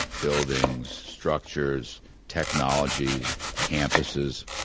buildings, structures, technologies, campuses,